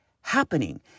happening